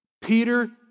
Peter